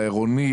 העירוני,